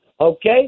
okay